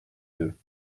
deux